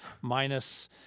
minus